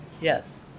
Yes